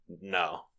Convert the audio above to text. No